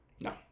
No